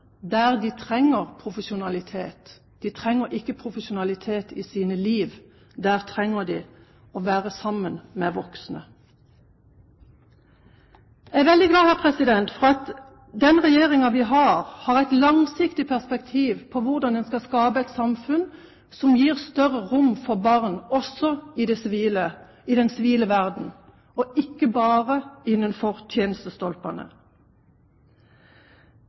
der de trenger profesjonalitet. De trenger ikke profesjonalitet i sine liv. Der trenger de å være sammen med voksne. Jeg er veldig glad for at den regjeringen vi har, har et langsiktig perspektiv på hvordan en skal skape et samfunn som gir større rom for barn også i den sivile verden, ikke bare innenfor